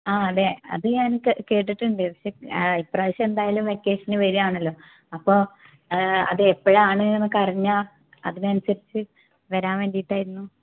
ആ അതെ അത് ഞാൻ കേ കേട്ടിട്ടുണ്ട് പക്ഷെ ഇപ്രാവശ്യം എന്തായാലും വെക്കേഷനു വരുവാണല്ലോ അപ്പോൾ അത് എപ്പഴാണ് എന്നൊക്കെ അറിഞ്ഞാൽ അതിനനുസരിച്ച് വരാൻ വേണ്ടിയിട്ടായിരുന്നു